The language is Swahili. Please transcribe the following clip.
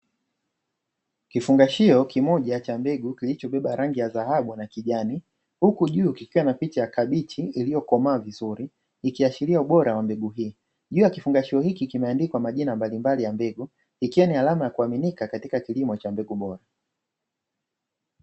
Kifungashio kimoja cha mbegu, kilichobeba rangi ya dhahabu na kijani, huku juu kikiwa na picha ya kabichi iliyokomaa vizuri ikiashiria ubora wa mbegu hii. Juu ya kifungashio hiki kimeandikwa majina mbalimbali ya mbegu, ikiwa ni alama ya kuaminika katika kilimo cha mbegu bora.